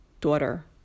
daughter